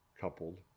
coupled